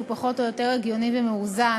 שהוא פחות או יותר הגיוני ומאוזן,